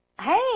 Hey